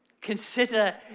Consider